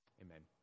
Amen